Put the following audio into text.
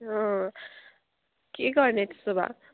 अँ के गर्ने त्यसो भए